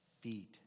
feet